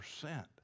percent